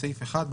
בסעיף 1,